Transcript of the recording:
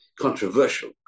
controversial